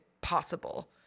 possible